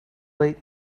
late